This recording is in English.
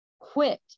quit